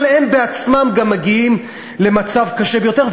אבל הם בעצמם מגיעים למצב קשה ביותר,